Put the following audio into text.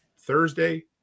Thursday